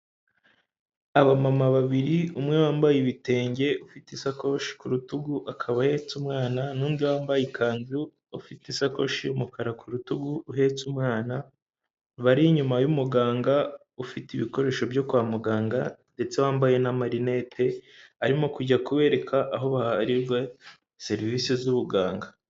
Aba mama babiri umwe wambaye ibitenge, ufite isakoshi ku rutugu akaba ahetse umwana, nundi wambaye ikanzu, ufite isakoshi y'umukara ku rutugu uhetse umwana, bari inyuma y'umuganga, ufite ibikoresho byo kwa muganga ndetse wambaye n'arinete arimo kujya kubereka aho bahariza serivisi z'ubuganga.